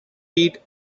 pete